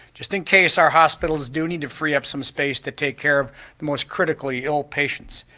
just in case our hospitals do need to free up some space to take care of the most critically ill patients.